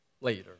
later